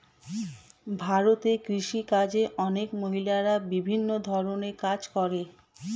ভারতে কৃষিকাজে অনেক মহিলা বিভিন্ন ধরণের কাজ করে